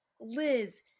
Liz